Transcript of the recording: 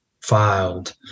filed